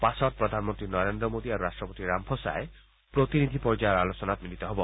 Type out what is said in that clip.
পাছত প্ৰধানমন্ত্ৰী নৰেন্দ্ৰ মোডী আৰু ৰাট্টপতি ৰামফোছাই প্ৰতিনিধি পৰ্যায়ৰ আলোচনাত মিলিত হব